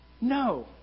No